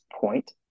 point